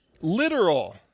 Literal